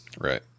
Right